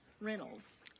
rentals